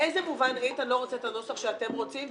באיזה מובן איתן לא רוצה את הנוסח שאתם רוצים?